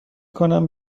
کنم